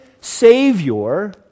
Savior